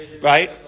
right